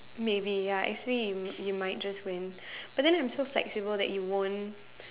maybe ya actually you you might just win but then I'm so flexible that you won't